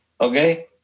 Okay